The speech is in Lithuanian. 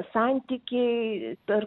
santykiai per